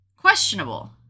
questionable